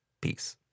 Peace